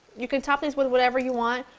you can top these with whatever you want.